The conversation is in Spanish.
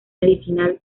medicinal